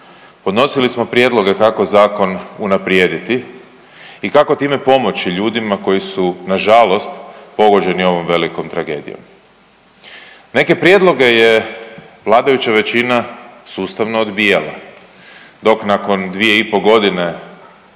Podnosili smo prijedloge kako zakon unaprijediti i kako time pomoći ljudima koji su nažalost pogođeni ovom velikom tragedijom. Neke prijedloge je vladajuća većina sustavno odbijala dok nakon 2 i po godine